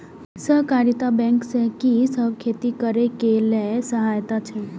सहकारिता बैंक से कि सब खेती करे के लेल सहायता अछि?